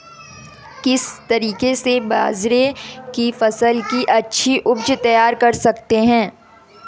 किस तरीके से बाजरे की फसल की अच्छी उपज तैयार कर सकते हैं?